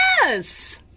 Yes